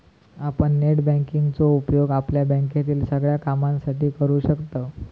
आपण net banking चो उपयोग आपल्या बँकेतील सगळ्या कामांसाठी करू शकतव